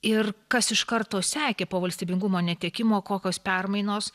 ir kas iš karto sekė po valstybingumo netekimo kokios permainos